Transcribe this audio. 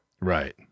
Right